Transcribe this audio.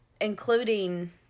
including